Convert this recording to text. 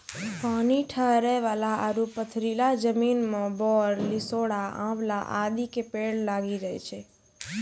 पानी ठहरै वाला आरो पथरीला जमीन मॅ बेर, लिसोड़ा, आंवला आदि के पेड़ लागी जाय छै